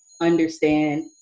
understand